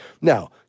Now